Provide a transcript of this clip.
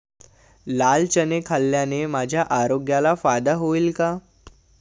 लाल चणे खाल्ल्याने माझ्या आरोग्याला फायदा होईल का?